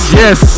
yes